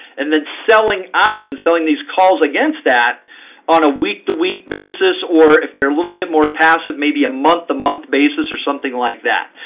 and then selling options selling these calls against that on a week to week basis, or if they're a little bit more passive, maybe a month to month basis or something like that.